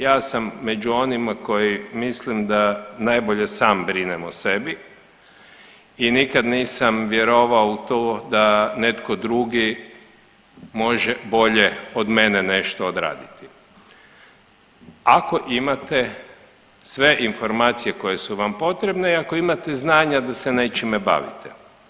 Ja sam među onima koji mislim da najbolje sam brinem o sebi i nikad nisam vjerovao u to da netko drugi može bolje od mene nešto odraditi ako imate sve informacije koje su vam potrebne i ako imate znanja da se nečime bavite.